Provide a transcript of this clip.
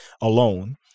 alone